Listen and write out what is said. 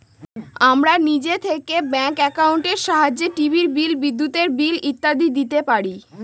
আমরা নিজে থেকে ব্যাঙ্ক একাউন্টের সাহায্যে টিভির বিল, বিদ্যুতের বিল ইত্যাদি দিতে পারি